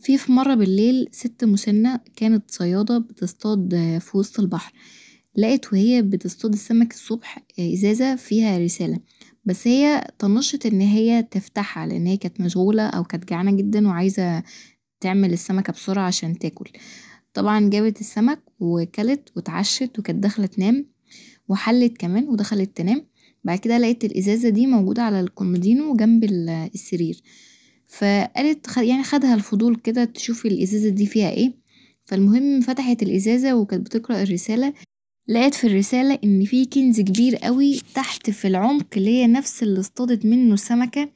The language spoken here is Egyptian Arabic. فيه فمره بليل ست مسنه، كانت صياده بتصطاد طفي وسط البحر، لقت وهي بتصطاد السمك الصبح ازازه فيها رساله بس هي طنشت ان هي تفتحها لان هي كانت مشغوله او كانت جعانه جدا وعايزه تعمل السمكه بسرعه عشان تاكل طبعا جابت السمك ةكلت واتعشت وكانت داخله تنام وحلت كمان ودخلت تنام، بعد كدا لقتوالازازه دي موجوده علي الكومدينو جنب السرير فقالت يعني خدها الفضول كدا تشوف الازازه دي كدا فيها ايه، فالمهم فتحت الازازه وكانت بتقرأ الرساله، لقت في الرسالة ان فيه كنز كبير اوي تحت في العمق اللي هي نفس اللي اصطادت منه السمكه،